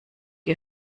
ihr